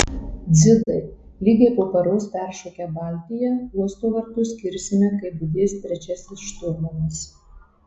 dzidai lygiai po paros peršokę baltiją uosto vartus kirsime kai budės trečiasis šturmanas